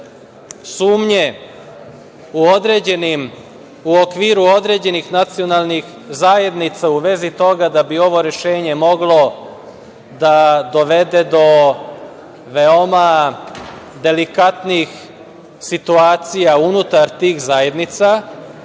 sumnje u okviru određenih nacionalnih zajednica u vezi toga da bi ovo rešenje moglo da dovede do veoma delikatnih situacija unutar tih zajednica,